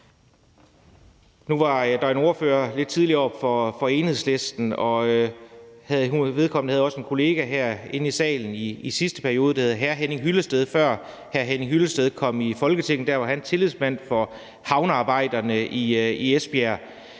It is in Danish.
Nu var der lidt tidligere en ordfører her fra Enhedslisten, og vedkommende havde også en kollega herinde i salen i sidste periode, der hed Henning Hyllested. Før hr. Henning Hyllested kom i Folketinget, var han tillidsmand for havnearbejderne i Esbjerg.